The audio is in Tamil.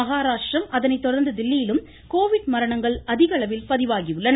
மகராஷ்டிரம் அதனைத் தொடர்ந்து டெல்லியிலும் கோவிட் மரணங்கள் அதிகளவில் பதிவாகி உள்ளன